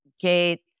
Gates